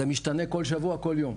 זה משתנה בכל שבוע, בכל יום.